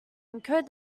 encode